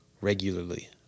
regularly